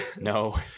No